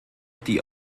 die